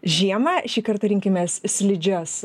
žiemą šį kartą rinkimės slidžias